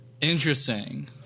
Interesting